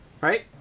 right